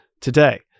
today